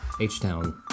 H-Town